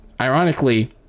ironically